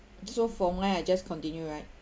so from there I just continue right